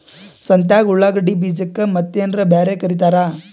ಸಂತ್ಯಾಗ ಉಳ್ಳಾಗಡ್ಡಿ ಬೀಜಕ್ಕ ಮತ್ತೇನರ ಬ್ಯಾರೆ ಕರಿತಾರ?